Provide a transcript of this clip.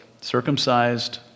circumcised